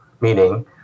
meaning